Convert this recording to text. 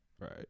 right